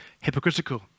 hypocritical